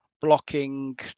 blocking